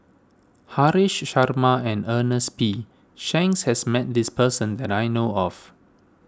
Haresh Sharma and Ernest P Shanks has met this person that I know of